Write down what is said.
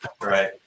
right